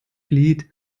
glied